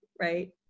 right